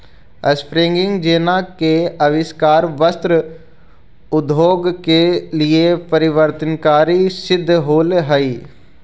spinning jenny के आविष्कार वस्त्र उद्योग के लिए परिवर्तनकारी सिद्ध होले हई